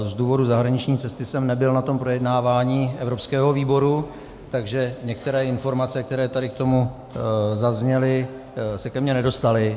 Z důvodu zahraniční cesty jsem nebyl na projednávání evropského výboru, takže některé informace, které tady k tomu zazněly, se ke mně nedostaly.